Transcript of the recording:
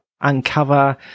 uncover